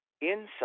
inside